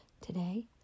Today